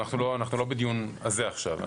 אנחנו לא בדיון הזה עכשיו.